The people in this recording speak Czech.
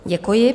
Děkuji.